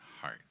heart